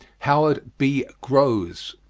howard b. grose.